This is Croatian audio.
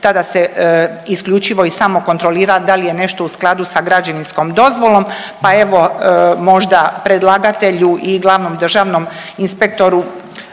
tada se isključivo i samo kontrolira da li je nešto u skladu sa građevinskom dozvolom. Pa evo možda predlagatelju i glavnom državnom inspektoru